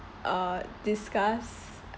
uh discuss